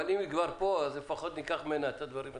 אבל אם היא כבר פה אז לפחות ניקח ממנה את הדברים הטובים.